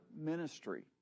ministry